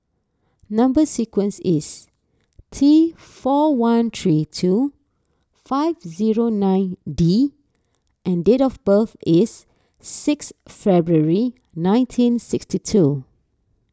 Number Sequence is T four one three two five zero nine D and date of birth is six February nineteen sixty two